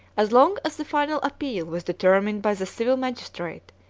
as long as the final appeal was determined by the civil magistrate,